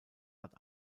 hat